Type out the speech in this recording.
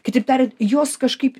kitaip tariant jos kažkaip